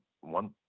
one